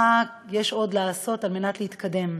מה יש עוד לעשות על מנת להתקדם.